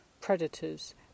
predators